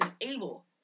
able